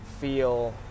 feel